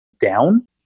down